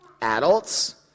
adults